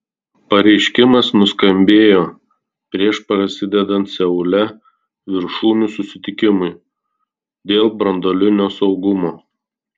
pareiškimas nuskambėjo prieš prasidedant seule viršūnių susitikimui dėl branduolinio saugumo